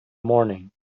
morning